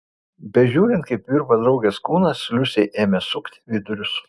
bežiūrint kaip virpa draugės kūnas liusei ėmė sukti vidurius